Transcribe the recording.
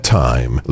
time